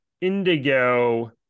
indigo